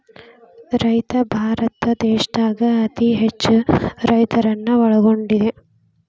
ರೈತ ಭಾರತ ದೇಶದಾಗ ಅತೇ ಹೆಚ್ಚು ರೈತರನ್ನ ಒಳಗೊಂಡಿದೆ